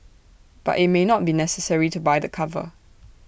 but IT may not be necessary to buy the cover